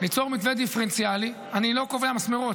ליצור מתווה דיפרנציאלי, אני לא קובע מסמרות.